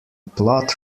plot